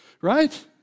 right